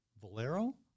Valero